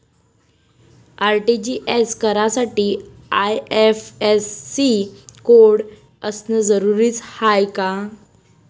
RTGS करासाठी IFSC code असनं जरुरीच हाय का?